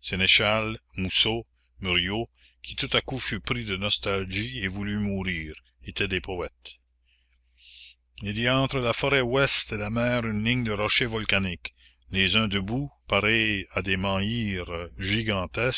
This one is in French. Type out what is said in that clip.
sénéchal mousseau meuriot qui tout à coup fut pris de nostalgie et voulut mourir étaient des poètes il y a entre la forêt ouest et la mer une ligne de rochers volcaniques les uns debout pareils à des menhirs gigantesques